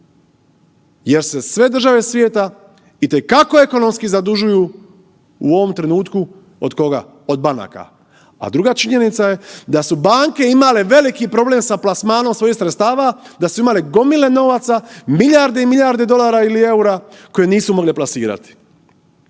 jer se sve države svijeta itekako ekonomski zadužuju u ovom trenutku. Od koga? Od banaka. A druga činjenica je da su banke imale veliki problem sa plasmanom svojih sredstava, da su imale gomile novaca, milijarde i milijarde dolara ili eura koje nisu mogle plasirati.